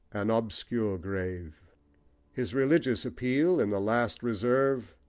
an obscure grave his religious appeal in the last reserve,